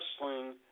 wrestling